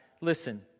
listen